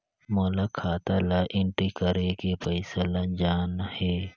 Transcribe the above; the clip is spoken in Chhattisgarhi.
मोला खाता ला एंट्री करेके पइसा ला जान हे?